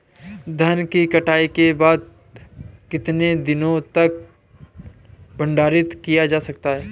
धान की कटाई के बाद कितने दिनों तक भंडारित किया जा सकता है?